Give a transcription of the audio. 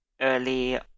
early